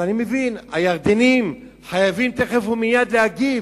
אז אני מבין, הירדנים חייבים תיכף ומייד להגיב,